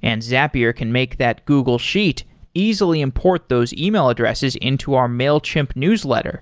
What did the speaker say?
and zapier can make that google sheet easily import those email addresses into our mailchimp newsletter,